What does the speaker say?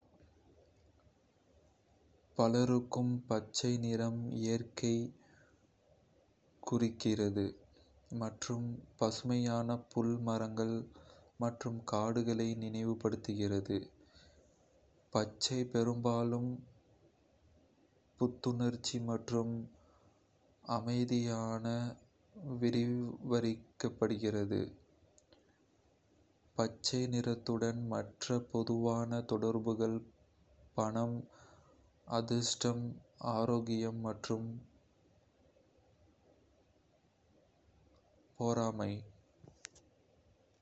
பலருக்கு, பச்சை நிறம் இயற்கையைக் குறிக்கிறது மற்றும் பசுமையான புல், மரங்கள் மற்றும் காடுகளை நினைவுபடுத்துகிறது. பச்சை பெரும்பாலும் புத்துணர்ச்சி மற்றும் அமைதியானதாக விவரிக்கப்படுகிறது. பச்சை நிறத்துடன் மற்ற பொதுவான தொடர்புகள் பணம், அதிர்ஷ்டம், ஆரோக்கியம் மற்றும் பொறாமை.